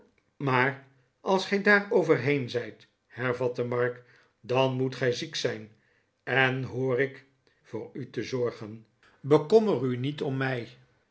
maar als gij daar over heen zijt hervatte mark dan moet gij ziek zijn en hoor ik voor u te zorgen bekommer u niet om mij